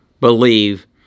believe